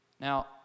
Now